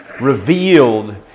revealed